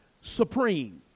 supreme